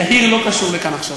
יאיר לא קשור לכאן עכשיו.